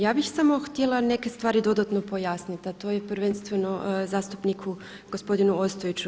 Ja bih samo htjela neke stvari dodatno pojasnit a to je prvenstveno zastupniku gospodinu Ostojiću.